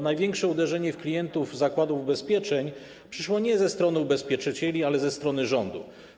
Największe uderzenie w klientów zakładów ubezpieczeń przyszło nie ze strony ubezpieczycieli, ale ze strony rządu.